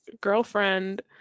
girlfriend